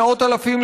מאות אלפים,